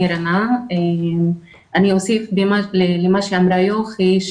אני אוסיף למה שאמרה יוכי,